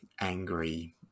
angry